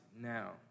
now